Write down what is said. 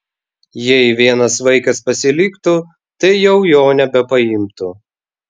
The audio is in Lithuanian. jei vienas vaikas pasiliktų tai jau jo nebepaimtų